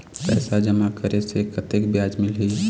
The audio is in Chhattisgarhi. पैसा जमा करे से कतेक ब्याज मिलही?